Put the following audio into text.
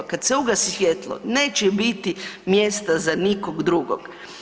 Kad se ugasi svjetlo, neće biti mjesta za nikog drugog.